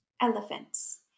elephants